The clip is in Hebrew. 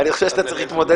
כאן בעצם זאת הוועדה